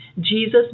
Jesus